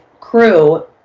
crew